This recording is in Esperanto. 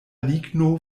ligno